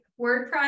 WordPress